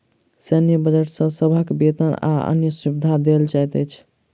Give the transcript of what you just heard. सैन्य बजट सॅ सभक वेतन आ अन्य सुविधा देल जाइत अछि